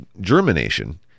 germination